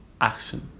action